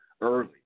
early